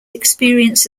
experience